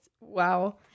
wow